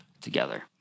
together